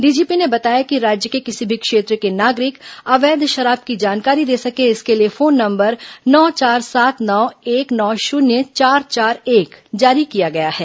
DGP ने बताया कि राज्य के किसी भी क्षेत्र के नागरिक अवैध शराब की जानकारी दे सके इसके लिए फोन नंबर नौ चार सात नौ एक नौ शून्य चार चार एक जारी किया गया है